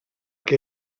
que